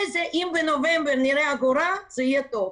זה אם בנובמבר נראה אגורה זה יהיה טוב.